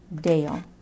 Dale